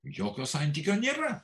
jokio santykio nėra